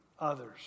others